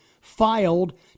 filed